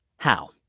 how?